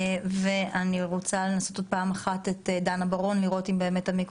אני רוצה לנסות עוד פעם אחת את דנה בר-און, בבקשה.